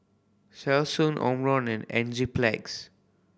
Selsun Omron and Enzyplex